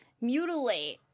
mutilate